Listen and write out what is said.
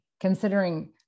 considering